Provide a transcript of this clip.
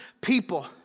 people